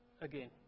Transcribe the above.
again